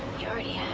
you already yeah